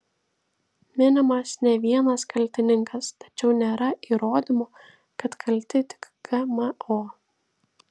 minimas ne vienas kaltininkas tačiau nėra įrodymų kad kalti tik gmo